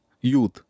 youth